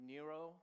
Nero